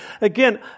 Again